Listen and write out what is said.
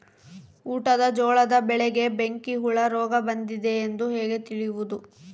ಊಟದ ಜೋಳದ ಬೆಳೆಗೆ ಬೆಂಕಿ ಹುಳ ರೋಗ ಬಂದಿದೆ ಎಂದು ಹೇಗೆ ತಿಳಿಯುವುದು?